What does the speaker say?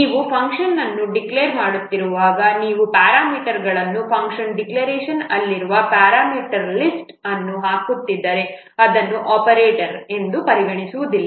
ನೀವು ಫಂಕ್ಷನ್ ಅನ್ನು ಡಿಕ್ಲೇರ್ ಮಾಡುತ್ತಿರುವಾಗ ನೀವು ಪ್ಯಾರಾಮೀಟರ್ಗಳನ್ನು ಫಂಕ್ಷನ್ ಡಿಕ್ಲರೇಶನ್ ಅಲ್ಲಿ ಇರುವ ಪ್ಯಾರಾಮೀಟರ್ ಲಿಸ್ಟ್ ಅನ್ನು ಹಾಕುತ್ತಿದ್ದರೆ ಅದನ್ನು ಆಪರೇಂಡ್ ಎಂದು ಪರಿಗಣಿಸಲಾಗುವುದಿಲ್ಲ